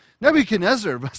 Nebuchadnezzar